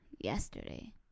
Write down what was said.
yesterday